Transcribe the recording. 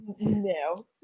No